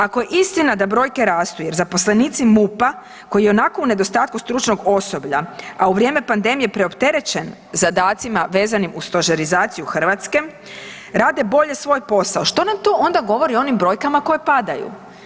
Ako je istina da brojke rastu jer zaposlenici MUP-a koji ionako u nedostatku stručnog osoblja, a u vrijeme pandemije preopterećen zadacima vezanim uz stožerizaciju Hrvatske, rade bolje svoj posao, što nam to onda govori o onim brojkama koje padaju?